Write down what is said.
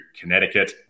Connecticut